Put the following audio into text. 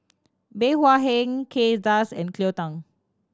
Bey Hua Heng Kay Das and Cleo Thang